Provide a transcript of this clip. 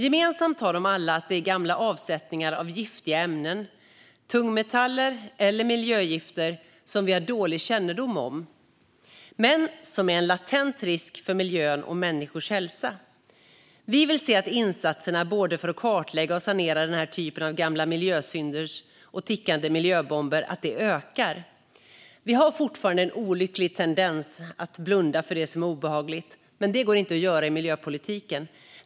Gemensamt har de alla att det är fråga om gamla avsättningar av giftiga ämnen - tungmetaller eller miljögifter - som vi har dålig kännedom om men som är en latent risk för miljön och människors hälsa. Vi vill se att insatserna för att kartlägga och sanera den här typen av gamla miljösynder och tickande miljöbomber ökar. Vi har fortfarande en olycklig tendens att blunda för det som är obehagligt. Men det går inte att göra så i miljöpolitiken.